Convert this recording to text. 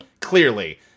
Clearly